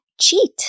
cheat